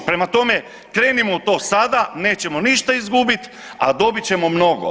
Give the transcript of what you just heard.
Prema tome, krenimo to sada, nećemo ništa izgubiti, a dobit ćemo mnogo.